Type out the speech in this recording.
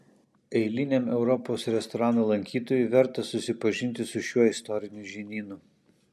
eiliniam europos restoranų lankytojui verta susipažinti su šiuo istoriniu žinynu